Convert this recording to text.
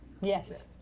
Yes